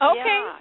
Okay